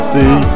See